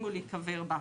הסכימו להיקבר בה.